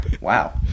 Wow